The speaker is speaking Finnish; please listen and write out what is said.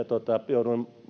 jouduin